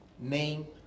Name